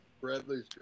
Bradley's